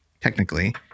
technically